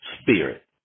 Spirit